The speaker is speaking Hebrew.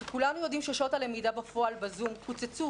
כשכולנו יודעים ששעות הלמידה בפועל בזום קוצצו,